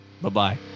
Bye-bye